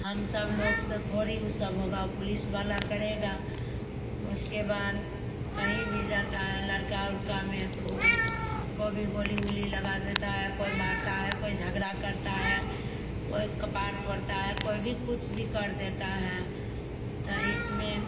हम सब लोग से थोड़ी ऊ सब होगा पुलिस वाला करेगा उसके बाद कहीं भी जाता है लड़का उड़का में तो उसको भी गोली ऊली लगा देता है कोई मारता है कोई झगरा करता है कोई कपार फोड़ता है कोई भी कुछ भी कर देता है तो इसमें